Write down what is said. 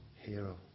hero